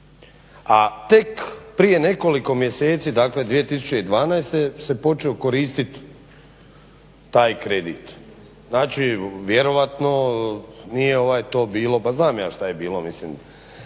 A tek prije nekoliko mjeseci, dakle 2012. se počeo koristiti taj kredit. Znači, vjerojatno nije to bilo, ma znam ja što je bilo, mislim